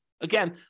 Again